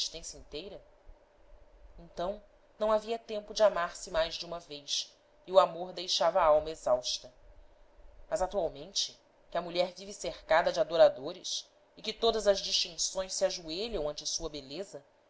existência inteira então não havia tempo de amar-se mais de uma vez e o amor deixava a alma exausta mas atualmente que a mulher vive cercada de adoradores e que todas as distinções se ajoelham ante sua beleza